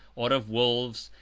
or of wolves,